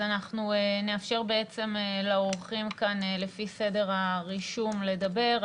אנחנו נאפשר לאורחים כאן לפי סדר הרישום לדבר.